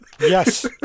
yes